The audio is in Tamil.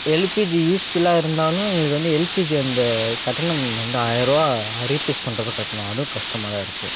எல்பிஜி யூஸ்ஃபுல்லாக இருந்தாலும் எங்களுக்கு வந்து எல்பிஜி அந்த கட்டணம் வந்து ஆயிரம் ரூபாய் ஹரி பீஸ் பண்ணுறப்ப கட்டணும் அதுவும் கஷ்டமாக தான் இருக்குது